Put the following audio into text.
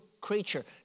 creature